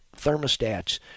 thermostats